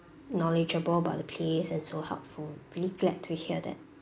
knowledgeable about the place and so helpful really glad to hear that